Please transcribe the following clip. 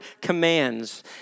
commands